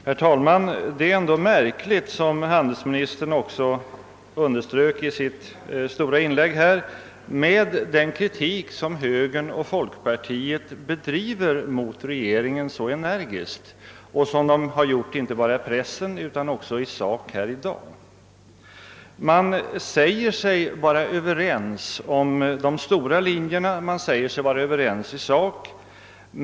Herr talman! Som handelsministern också underströk i sitt inlägg är det något märkligt med den kritik som både högern och folkpartiet så energiskt riktar mot regeringen. Detta har skett inte bara i pressen utan även här i dag. Man säger sig vara överens om de stora linjerna, och man säger sig vara överens i sak.